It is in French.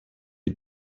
des